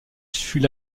fuit